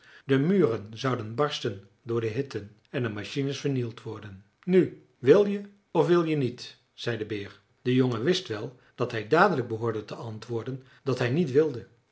de muren zouden barsten door de hitte en de machines vernield worden nu wil je of wil je niet zei de beer de jongen wist wel dat hij dadelijk behoorde te antwoorden dat hij niet wilde